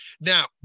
now